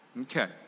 Okay